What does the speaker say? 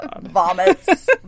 Vomits